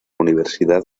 universidad